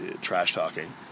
trash-talking